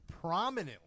prominent